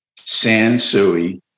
Sansui